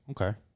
Okay